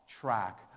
track